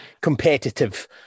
competitive